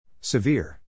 Severe